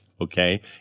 okay